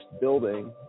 building